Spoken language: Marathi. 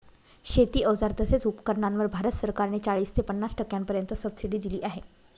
शेती अवजार तसेच उपकरणांवर भारत सरकार ने चाळीस ते पन्नास टक्क्यांपर्यंत सबसिडी दिली आहे